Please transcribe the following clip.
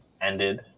ended